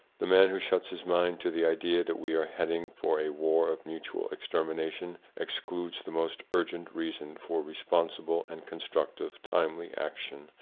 the man who shuts his mind to the idea that we are heading for a war of mutual extermination excludes the most urgent reason for respon sible and constructive timely action,